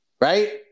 right